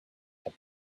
had